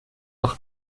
noch